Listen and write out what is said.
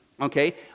okay